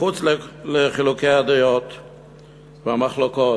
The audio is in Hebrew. מחוץ לחילוקי הדעות והמחלוקות.